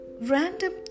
random